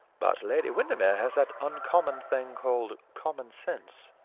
but lady windermere has that uncommon thing called common sense.